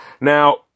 Now